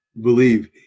believe